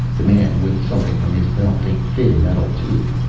the man whipped something from his belt, a thin metal tube.